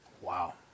Wow